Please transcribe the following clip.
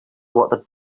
what